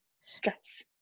stress